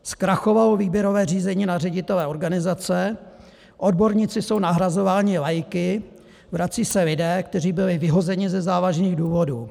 Zkrachovalo výběrové řízení na ředitele organizace, odborníci jsou nahrazováni laiky, vracejí se lidé, kteří byli vyhozeni ze závažných důvodů.